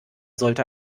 sollte